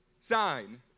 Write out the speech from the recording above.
sign